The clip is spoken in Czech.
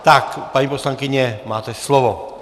Tak, paní poslankyně, máte slovo.